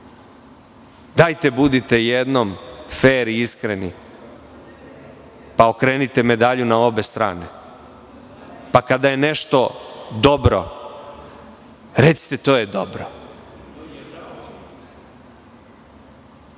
budite jednom fer i iskreni i okrenite medalju na obe strane, pa kada je nešto dobro, recite – to je dobro. Kaže